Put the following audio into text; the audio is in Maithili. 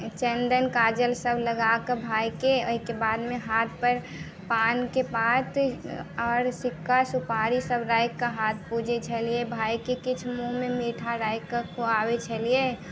चंदन काजल सभ लगाके भाइके एहिके बादमे हाथ पर पानके पात आओर सिक्का सुपारी सभ राखिके हाथ पूजै छेलियै भाइके किछु मूँहमे मीठा राखिके खुआबए छेलियै